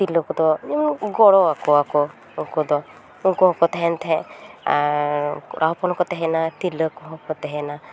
ᱛᱤᱨᱞᱟᱹ ᱠᱚᱫᱚ ᱮᱢᱱᱤ ᱜᱚᱲᱚ ᱟᱠᱚᱣᱟᱠᱚ ᱩᱱᱠᱩ ᱫᱚ ᱩᱱᱠᱩ ᱦᱚᱸᱠᱚ ᱛᱟᱦᱮᱱ ᱛᱟᱦᱮᱫ ᱟᱨ ᱠᱚᱲᱟ ᱦᱚᱯᱚᱱ ᱦᱚᱸᱠᱚ ᱛᱟᱦᱮᱸᱱᱟ ᱛᱤᱨᱞᱟᱹ ᱠᱚᱦᱚᱸ ᱛᱟᱦᱮᱸᱱᱟ